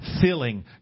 filling